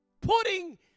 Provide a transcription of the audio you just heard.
putting